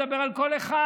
אני מדבר על כל אחד.